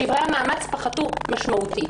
שברי המאמץ פחתו משמעותית.